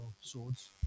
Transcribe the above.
swords